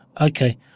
okay